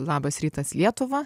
labas rytas lietuva